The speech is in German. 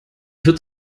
wird